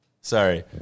Sorry